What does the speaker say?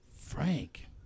Frank